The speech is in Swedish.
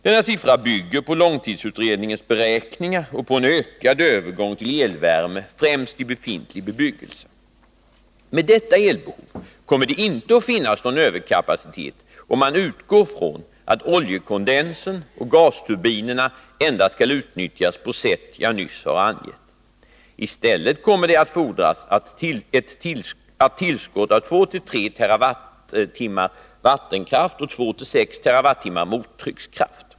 Denna siffra bygger på långtidsutredningens beräkningar och på en ökad övergång till elvärme främst i befintlig bebyggelse. Med detta elbehov kommer det inte att finnas någon överkapacitet, om man utgår från att oljekondensen och gasturbinerna endast skall utnyttjas på sätt som jag nyss har angett. I stället kommer det att fordras ett tillskott av 2-3 TWh vattenkraft och 2-6 TWh mottryckskraft.